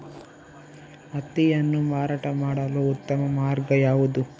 ಹತ್ತಿಯನ್ನು ಮಾರಾಟ ಮಾಡಲು ಉತ್ತಮ ಮಾರ್ಗ ಯಾವುದು?